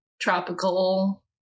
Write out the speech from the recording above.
tropical